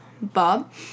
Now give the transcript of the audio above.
Bob